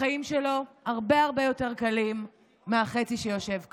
החיים שלו הרבה הרבה יותר קלים מהחצי שיושב כאן.